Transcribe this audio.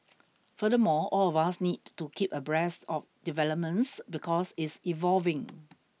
furthermore all of us need to keep abreast of developments because it's evolving